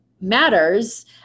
matters